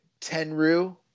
Tenru